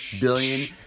billion